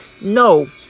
No